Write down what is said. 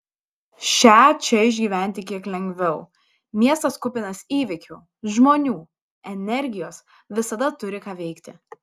šią čia išgyventi kiek lengviau miestas kupinas įvykių žmonių energijos visada turi ką veikti